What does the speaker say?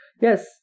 Yes